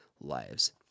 lives